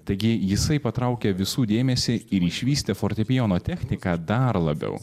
taigi jisai patraukė visų dėmesį ir išvystė fortepijono techniką dar labiau